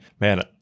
man